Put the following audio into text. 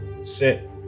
sit